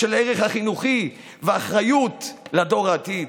בשל הערך החינוכי ואחריות לדור העתיד.